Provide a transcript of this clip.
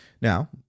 Now